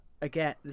again